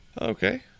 Okay